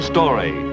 Story